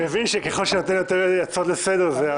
הישיבה ננעלה בשעה 10:25.